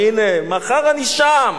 אומר: הנה, מחר אני שם,